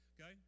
okay